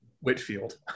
Whitfield